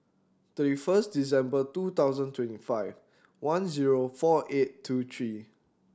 thirty first December two thousand and twenty five one zero four eight two three